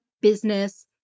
business